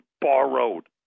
borrowed